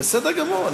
בסדר גמור.